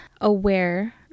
aware